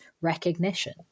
recognition